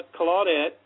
Claudette